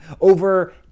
over